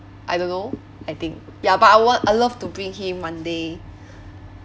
I don't know I think ya but I want I love to bring him one day